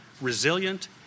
resilient